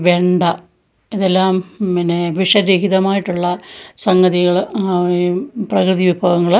വെണ്ട ഇതെല്ലാം പിന്നേ വിഷരഹിതമായിട്ടുള്ള സംഗതികള് ഈ പ്രകൃതി വിഭവങ്ങള്